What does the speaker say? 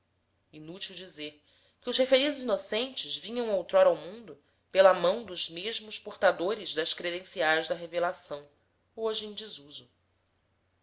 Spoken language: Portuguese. inútil dizer que os referidos inocentes vinham outrora ao mundo pela mão dos mesmos portadores das credenciais da revelação hoje em desuso